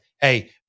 hey